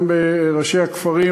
גם בראשי הכפרים,